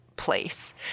place